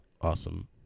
Awesome